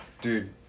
Dude